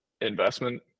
investment